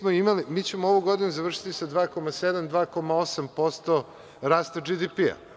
Mi ćemo ovu godinu završiti sa 2,7-2,8% rasta BDP.